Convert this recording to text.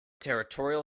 territorial